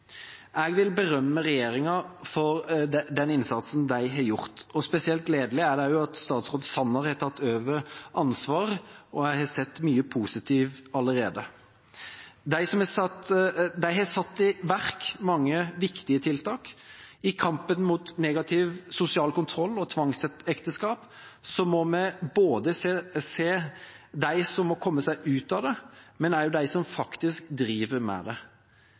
Jeg vil berømme regjeringa for den innsatsen den har gjort. Spesielt gledelig er det også at statsråd Sanner har tatt over ansvaret, og jeg har sett mye positivt allerede. Regjeringa har satt i verk mange viktige tiltak. I kampen mot negativ sosial kontroll og tvangsekteskap må vi se både dem som må komme seg ut av det, og også dem som driver med det.